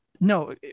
No